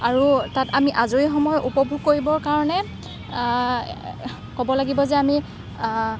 আৰু তাত আমি আজৰি সময় উপভোগ কৰিবৰ কাৰণে ক'ব লাগিব যে আমি